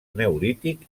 neolític